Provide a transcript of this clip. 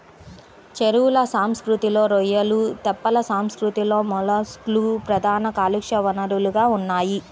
చెరువుల సంస్కృతిలో రొయ్యలు, తెప్పల సంస్కృతిలో మొలస్క్లు ప్రధాన కాలుష్య వనరులుగా ఉన్నాయి